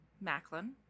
Macklin